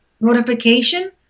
Notification